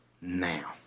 now